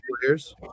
players